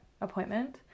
appointment